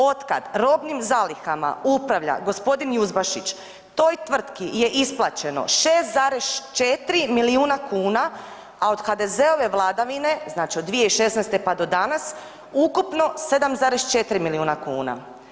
Od kad robnim zalihama upravlja g. Juzbašić toj tvrtki je isplaćeno 6,4 milijuna kuna, a od HDZ-ove vladavine, znači od 2016. pa do danas ukupno 7,4 milijuna kuna.